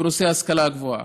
בנושא ההשכלה הגבוהה,